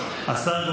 בבקשה,